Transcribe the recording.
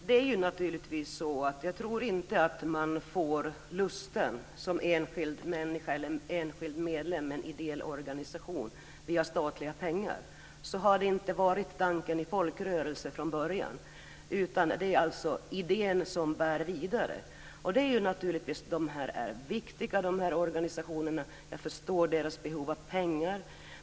Herr talman! Jag tror inte att man som enskild medlem i en ideell organisation får lusten via statliga pengar. Så har inte tanken med folkrörelsen varit från början. Det är idén som bär vidare. Dessa organisationer är viktiga, och jag förstår deras behov av pengar.